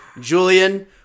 Julian